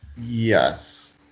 Yes